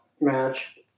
match